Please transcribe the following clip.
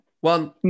one